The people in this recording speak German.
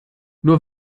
nur